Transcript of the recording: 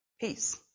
peace